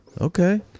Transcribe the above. Okay